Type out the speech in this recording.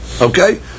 Okay